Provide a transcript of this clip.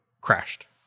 crashed